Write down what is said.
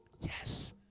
Yes